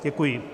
Děkuji.